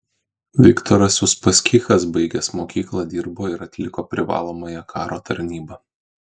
viktoras uspaskichas baigęs mokyklą dirbo ir atliko privalomąją karo tarnybą